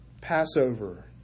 Passover